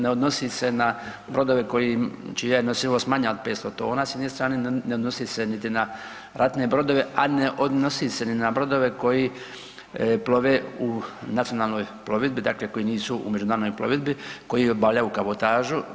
Ne odnosi se na brodove čija je nosivost manja od 500 tona sa jedne strane, ne odnosi se niti na ratne brodove, a ne odnosi se ni na brodove koji plove u nacionalnoj plovidbi, dakle koji nisu u međunarodnoj plovidbi, koji obavljaju kabotažu.